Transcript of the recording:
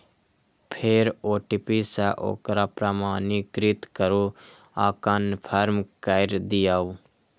फेर ओ.टी.पी सं ओकरा प्रमाणीकृत करू आ कंफर्म कैर दियौ